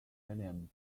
william